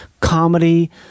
comedy